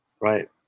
Right